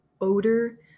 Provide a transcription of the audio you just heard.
odor